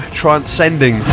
transcending